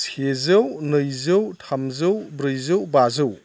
सेजौ नैजौ थामजौ ब्रैजौ बाजौ